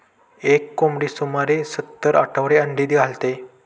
एक कोंबडी सुमारे सत्तर आठवडे अंडी घालते